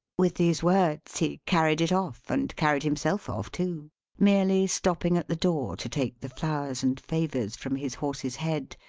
with these words he carried it off, and carried himself off too merely stopping at the door, to take the flowers and favors from his horse's head,